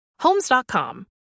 homes.com